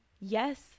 Yes